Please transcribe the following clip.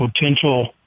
potential